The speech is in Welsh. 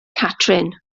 catrin